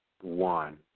one